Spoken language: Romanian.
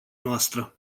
noastră